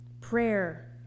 Prayer